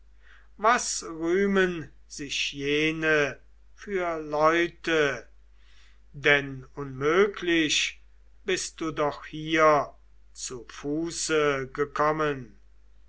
was rühmen sich jene für leute denn unmöglich bist du doch hier zu fuße gekommen